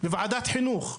בוועדת חינוך,